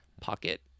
pocket